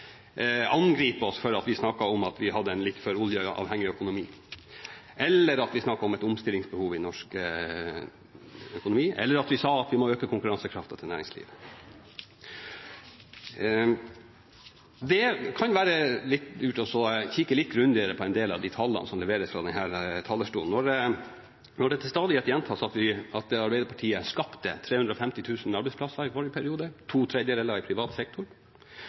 oss for at vi snakket om at vi hadde en oljeavhengig økonomi, eller at vi snakket om et omstillingsbehov i norsk økonomi, eller at vi sa at vi måtte øke konkurransekrafta til næringslivet. Det kan være grunn til å se litt grundigere på en del av de tallene som presenteres fra denne talerstolen. Når det til stadighet gjentas at Arbeiderpartiet skapte 350 000 arbeidsplasser i forrige periode, to tredjedeler i privat sektor,